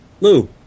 Lou